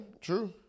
true